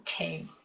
Okay